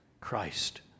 Christ